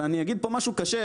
ואני אגיד פה משהו כזה,